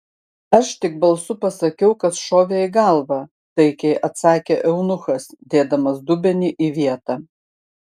aš tik balsu pasakiau kas šovė į galvą taikiai atsakė eunuchas dėdamas dubenį į vietą